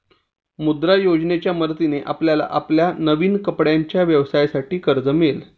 मुद्रा योजनेच्या मदतीने आपल्याला आपल्या नवीन कपड्यांच्या व्यवसायासाठी कर्ज मिळेल